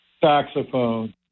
saxophone